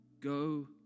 Go